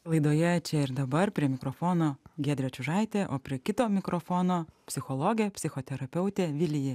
laidoje čia ir dabar prie mikrofono giedrė čiužaitė o prie kito mikrofono psichologė psichoterapeutė vilija